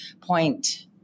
point